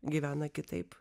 gyvena kitaip